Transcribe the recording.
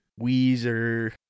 weezer